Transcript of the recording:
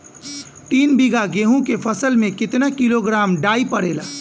तीन बिघा गेहूँ के फसल मे कितना किलोग्राम डाई पड़ेला?